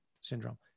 syndrome